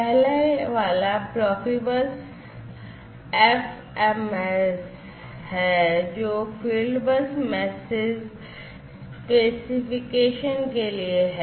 पहले वाला Profibus FMS है जो Fieldbus Message Specification के लिए है